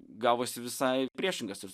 gavosi visai priešingas ir